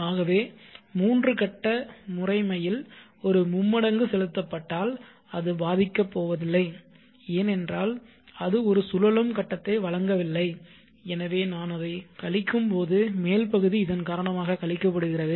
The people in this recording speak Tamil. ஆகவே மூன்று கட்ட முறைமையில் ஒரு மும்மடங்கு செலுத்தப்பட்டால் அது பாதிக்கப் போவதில்லை ஏனென்றால் அது ஒரு சுழலும் கட்டத்தை வழங்கவில்லை எனவே நான் அதைக் கழிக்கும்போது மேல் பகுதி இதன் காரணமாக கழிக்கப்படுகிறது